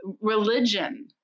religion